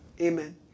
Amen